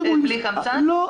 לא.